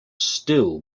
still